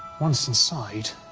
once inside,